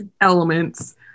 elements